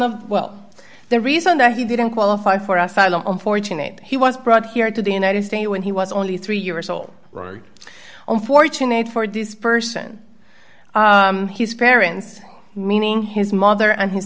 the well the reason that he didn't qualify for asylum unfortunately he was brought here to the united states when he was only three years old unfortunately for this person his parents meaning his mother and his